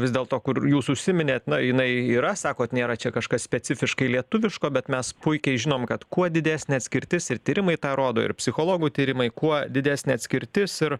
vis dėl to kur jūs užsiminėt na jinai yra sakot nėra čia kažkas specifiškai lietuviško bet mes puikiai žinom kad kuo didesnė atskirtis ir tyrimai tą rodo ir psichologų tyrimai kuo didesnė atskirtis ir